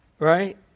Right